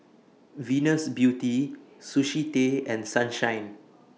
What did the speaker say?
Venus Beauty Sushi Tei and Sunshine